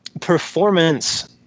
performance